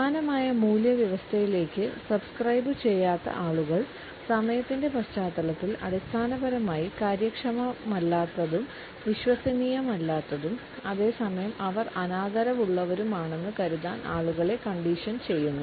സമാനമായ മൂല്യവ്യവസ്ഥയിലേക്ക് സബ്സ്ക്രൈബു ചെയ്യാത്ത ആളുകൾ സമയത്തിന്റെ പശ്ചാത്തലത്തിൽ അടിസ്ഥാനപരമായി കാര്യക്ഷമമല്ലാത്തതും വിശ്വസനീയമല്ലാത്തതും അതേ സമയം അവർ അനാദരവുള്ളവരുമാണെന്ന് കരുതാൻ ആളുകളെ കണ്ടീഷൻ ചെയ്യുന്നു